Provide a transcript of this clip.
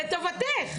לטובתך.